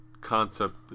concept